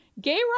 gay